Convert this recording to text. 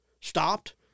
stopped